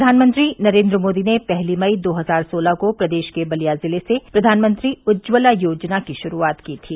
प्रधानमंत्री नरेन्द्र मोदी ने पहली मई दो हजार सोलह को प्रदेश के बलिया जिले से प्रधानमंत्री उज्ज्वला योजना की गुरूआत की थी